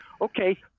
okay